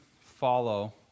follow